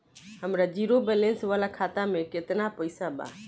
हमार zero balance वाला खाता में केतना पईसा बा?